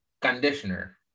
conditioner